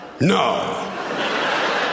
No